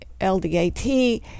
LDAT